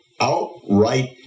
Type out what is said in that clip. outright